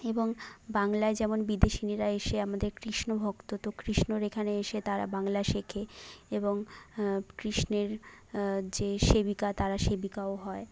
এবং বাংলায় যেমন বিদেশিনীরা এসে আমাদের কৃষ্ণ ভক্ত তো কৃষ্ণর এখানে আসে তারা বাংলা শেখে এবং কৃষ্ণের যে সেবিকা তারা সেবিকাও হয়